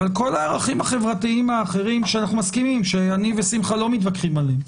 אבל כל הערכים החברתיים האחרים ששמחה ואני לא מתווכחים עליהם לא.